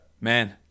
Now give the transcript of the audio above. man